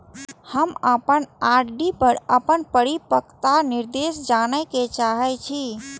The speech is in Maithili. हम अपन आर.डी पर अपन परिपक्वता निर्देश जाने के चाहि छी